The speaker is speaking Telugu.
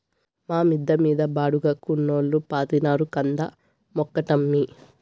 మా మిద్ద మీద బాడుగకున్నోల్లు పాతినారు కంద మొక్కటమ్మీ